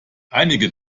einige